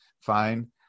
fine